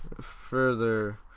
further